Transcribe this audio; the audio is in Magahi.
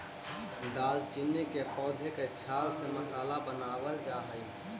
दालचीनी के पौधे के छाल से मसाला बनावाल जा हई